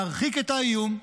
להרחיק את האיום,